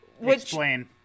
Explain